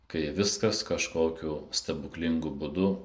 kai viskas kažkokiu stebuklingu būdu